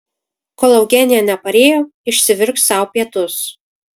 kol eugenija neparėjo išsivirk sau pietus